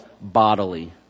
bodily